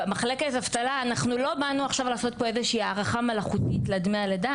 במחלקת אבטלה לא באנו לעשות הארכה מלאכותית לדמי הלידה.